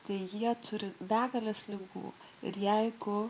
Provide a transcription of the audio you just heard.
tai jie turi begales ligų ir jeigu